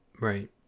Right